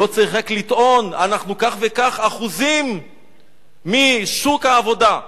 לא צריך רק לטעון: אנחנו כך וכך אחוזים משוק העבודה.